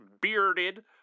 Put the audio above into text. bearded